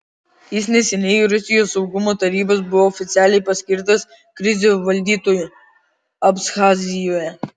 jis neseniai rusijos saugumo tarybos buvo oficialiai paskirtas krizių valdytoju abchazijoje